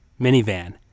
minivan